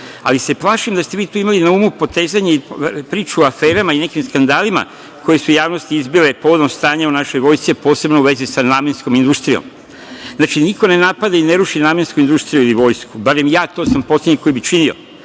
ali se plašim da ste vi tu imali na umu potezanje priče o aferama i nekim skandalima koji su javnosti izbile povodom stanja u našoj vojsci, a posebno u vezi sa namenskom industrijom. Znači, niko ne napada i niko ne ruši namensku industriju ili vojsku, barem sam ja poslednji koji bi to činio,